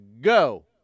Go